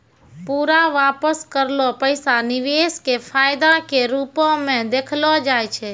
पूरा वापस करलो पैसा निवेश के फायदा के रुपो मे देखलो जाय छै